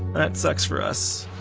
that sucks for us.